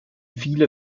viele